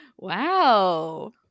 wow